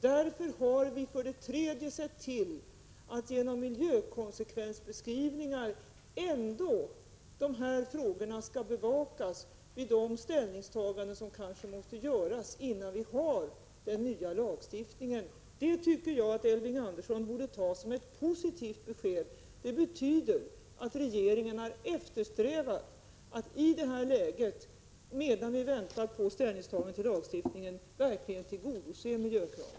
Därför har vi för det tredje sett till att de här frågorna genom miljökonsekvensbeskrivningar ändå skall bevakas vid ställningstaganden som kanske måste göras innan vi får den nya lagstiftningen. Det tycker jag Elving Andersson borde ta som ett positivt besked. Det betyder att regeringen har eftersträvat att i det här läget, medan vi väntar på ställningstaganden till lagstiftningen, verkligen tillgodose miljökraven.